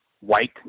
white